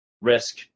risk